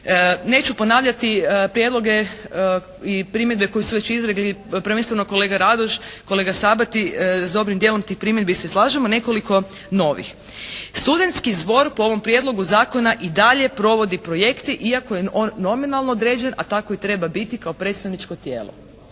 Neću ponavljati prijedloge i primjedbe koje su već izrekli prvenstveno kolega Radoš, kolega Sabati. S dobrim dijelom tih primjedbi se slažemo, nekoliko novih. Studentski zbor po ovom prijedlogu zakona i dalje provodi projekte iako je on nominalno određen, a tako i treba biti kao predstavničko tijelo.